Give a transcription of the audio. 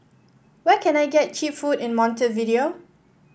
where can I get cheap food in Montevideo